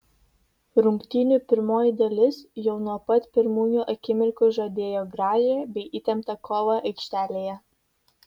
rungtynių pirmoji dalis jau nuo pat pirmųjų akimirkų žadėjo gražią bei įtemptą kovą aikštelėje